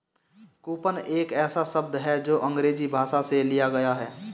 coupon एक ऐसा शब्द है जो अंग्रेजी भाषा से लिया गया है